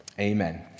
Amen